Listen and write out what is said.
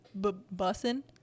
bussin